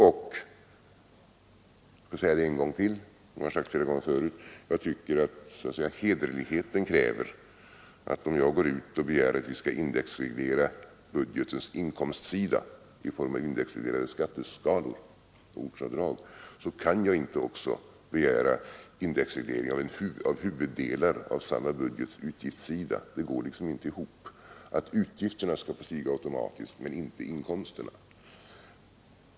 Och jag tycker, som jag har sagt flera gånger förut, att hederligheten kräver att om jag går ut och begär att vi skall indexreglera budgetens inkomstsida i form av indexreglerade skatteskalor och ortsavdrag, så kan jag inte också begära indexreglering av huvuddelar av samma budgets utgiftssida. Det går liksom inte ihop att utgifterna skall få stiga automatiskt men inte inkomsterna.